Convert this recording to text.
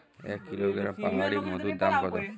এক কিলোগ্রাম পাহাড়ী মধুর দাম কত?